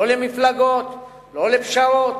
לא למפלגות, לא לפשרות,